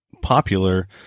popular